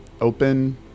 open